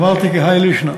אמרתי, כהאי לישנא.